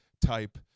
type